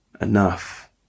enough